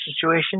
situation